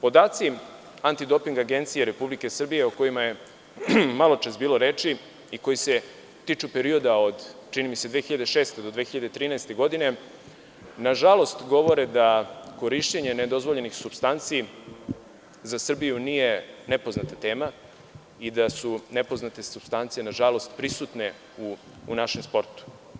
Podaci Antidoping agencije Republike Srbije, o kojima je maločas bilo reči i koji se tiču perioda od čini mi se 2006. do 2013. godine, nažalost govore da korišćenje nedozvoljenih supstanci za Srbiju nije nepoznata tema i da su nepoznate supstance nažalost prisutne u našem sportu.